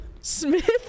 Smith